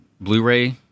Blu-ray